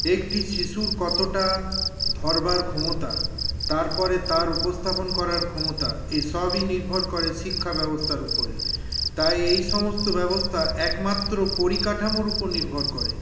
একটি শিশুর কতটা ধরবার ক্ষমতা তারপরে তার উপস্থাপন করার ক্ষমতা এসবই নির্ভর করে শিক্ষাব্যবস্থার উপরে তাই এই সমস্ত ব্যবস্থা একমাত্র পরিকাঠামোর উপর নির্ভর করে